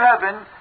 heaven